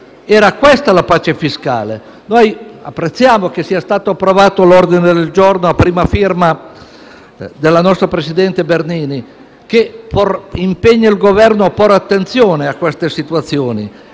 Era questa la pace fiscale. Apprezziamo che sia stato approvato l'ordine del giorno a prima firma del nostro presidente Bernini, che impegna il Governo a porre attenzione a queste situazioni,